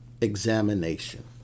examination